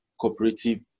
cooperative